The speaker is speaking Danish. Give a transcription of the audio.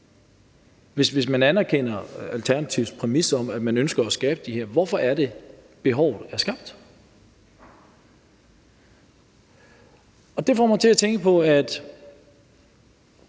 Hvis man anerkender Alternativets præmis om, at man ønsker at skabe dem her, hvorfor er behovet så skabt? Det får mig til at tænke på, at